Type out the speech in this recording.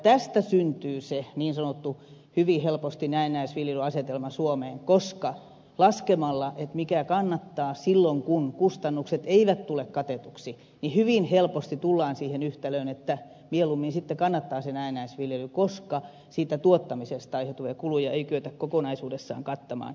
tästä syntyy hyvin helposti se niin sanottu näennäisviljelyasetelma suomeen koska laskemalla mikä kannattaa silloin kun kustannukset eivät tule katetuksi hyvin helposti tullaan siihen yhtälöön että mieluummin sitten kannattaa se näennäisviljely koska siitä tuottamisesta aiheutuvia kuluja ei kyetä kokonaisuudessaan kattamaan